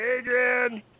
Adrian